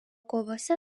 kovose